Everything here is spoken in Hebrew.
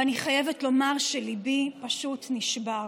ואני חייבת לומר שליבי פשוט נשבר.